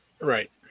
Right